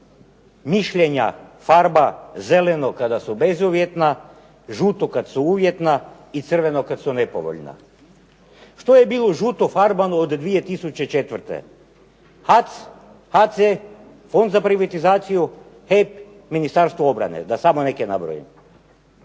mišljenja farba zeleno kada su bezuvjetna, žuto kad su uvjetna i crveno kad su nepovoljna. Što je bilo žuto farbano od 2004.? HAC, Fond za privatizaciju, HEP, Ministarstvo obrane, da samo neke nabrojim.